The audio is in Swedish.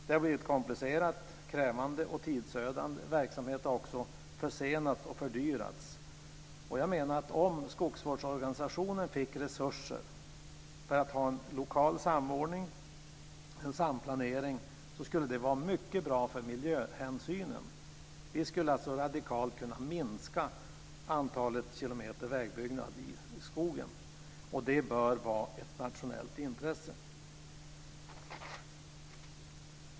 Det har blivit komplicerat, krävande och tidsödande, och verksamhet har också försenats och fördyrats. Om skogsvårdsorganisationen fick resurser för att ha en lokal samordning, en samplanering, skulle det vara mycket bra för miljöhänsynen. Vi skulle alltså radikalt kunna minska antalet kilometer vägbyggnad i skogen. Det bör vara ett nationellt intresse.